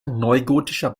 neugotischer